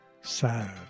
sad